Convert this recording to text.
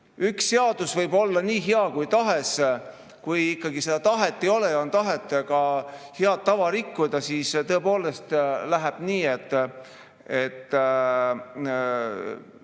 seadus võib olla nii hea kui tahes, kui ikkagi seda tahet ei ole, aga on tahe head tava rikkuda, siis läheb nii, et